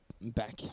Back